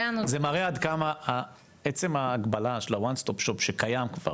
זה מראה עד כמה עצם ההגבלה של מרכזי ה-ONE STOP SHOP שקיים כבר,